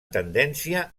tendència